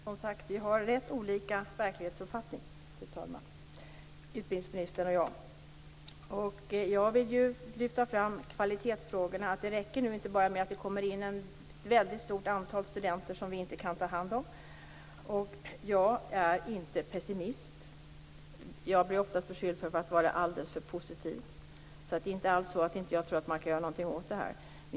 Fru talman! Vi har som sagt rätt olika verklighetsuppfattning, utbildningsministern och jag. Jag vill lyfta fram kvalitetsfrågorna. Det räcker inte bara med att det nu kommer in ett väldigt stort antal studenter som vi inte kan ta hand om. Jag är inte pessimist - jag blir oftast beskylld för att vara alldeles för positiv. Det är alltså inte alls så att inte jag tror att man kan göra någonting åt det här.